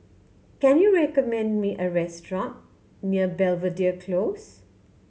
can you recommend me a restaurant near Belvedere Close